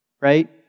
right